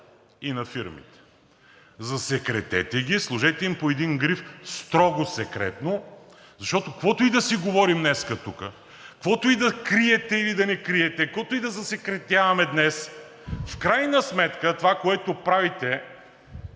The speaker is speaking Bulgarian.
и на фирмите. Засекретете ги, сложете им по един гриф „Строго секретно“, защото каквото и да си говорим днес тук, каквото и да криете или да не криете, каквото и да засекретяваме днес, в крайна сметка това, което правите,